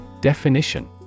Definition